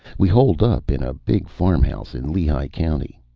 we holed up in a big farmhouse in lehigh county.